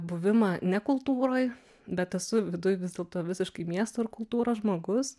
buvimą ne kultūroj bet esu viduj vis dėlto visiškai miesto ir kultūros žmogus